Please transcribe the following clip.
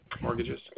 Mortgages